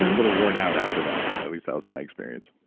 ah little worn out after that. at least that was my experience